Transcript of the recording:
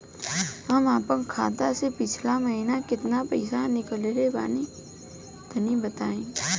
हम आपन खाता से पिछला महीना केतना पईसा निकलने बानि तनि बताईं?